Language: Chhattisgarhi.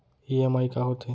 ई.एम.आई का होथे?